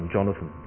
Jonathan